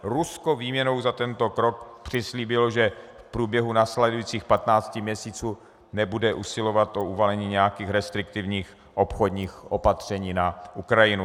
Rusko výměnou za tento krok přislíbilo, že v průběhu následujících 15 měsíců nebude usilovat o uvalení nějakých restriktivních obchodních opatření na Ukrajinu.